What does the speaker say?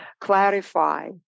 clarify